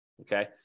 Okay